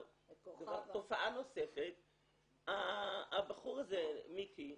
תופעה נוספת, הבחור הזה מיקי,